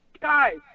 guys